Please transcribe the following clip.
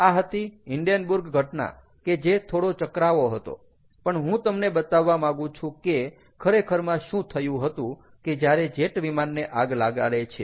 આ હતી હિન્ડેન્બુર્ગ ઘટના કે જે થોડો ચકરાવો હતો પણ હું તમને બતાવવા માંગું છું કે ખરેખરમાં શું થયું હતું કે જ્યારે જેટ વિમાન ને આગ લગાડે છે